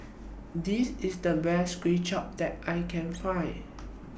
This IS The Best Kuay Chap that I Can Find